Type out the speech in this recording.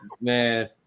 man